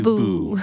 boo